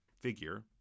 figure